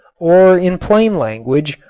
or in plain language,